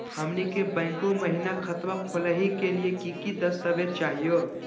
हमनी के बैंको महिना खतवा खोलही के लिए कि कि दस्तावेज चाहीयो?